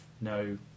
no